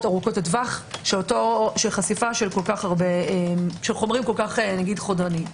ארוכות הטווח של חשיפה של חומרים כל כך חודרניים.